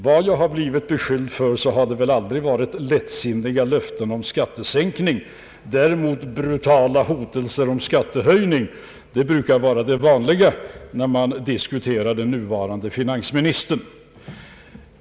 Vad jag än blivit beskylld för så har det väl aldrig varit lättsinniga löften om skattesänkning, däremot brutala hotelser om skattehöjning — det brukar vara det vanliga när man diskuterar den nuvarande finansministern.